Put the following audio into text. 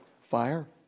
fire